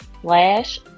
slash